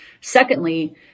Secondly